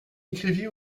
écrivit